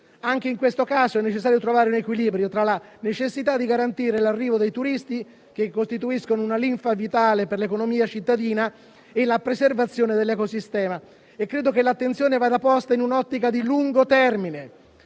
Anche in questo caso, è necessario trovare un equilibrio tra la necessità di garantire l'arrivo dei turisti, che costituiscono una linfa vitale per l'economia cittadina, e la preservazione dell'ecosistema. Credo che l'attenzione vada posta in un'ottica di lungo termine.